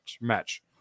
match